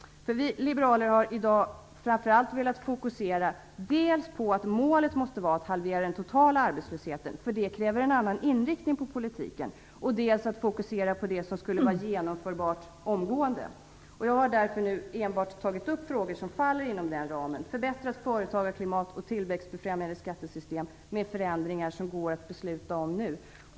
Vi liberaler har i dag framför allt velat fokusera dels på att målet måste vara att halvera den totala arbetslösheten, vilket kräver en annan inriktning på politiken, dels på det som skulle vara genomförbart omgående. Jag har därför nu enbart tagit upp frågor som faller inom den ramen. Det gäller ett förbättrat företagarklimat och tillväxtfrämjande skattesystem med förändringar som går att besluta om nu.